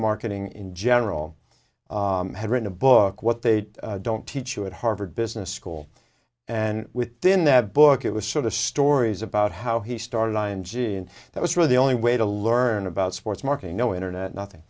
marketing in general had written a book what they don't teach you at harvard business school and within that book it was sort of stories about how he started i n g and that was really the only way to learn about sports marking no internet nothing